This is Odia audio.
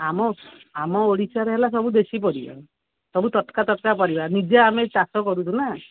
ଆମ ଆମ ଓଡ଼ିଶାରେ ହେଲା ସବୁ ଦେଶୀ ପରିବା ସବୁ ତଟକା ତଟକା ପରିବା ନିଜେ ଆମେ ଚାଷ କରୁଛୁ ନା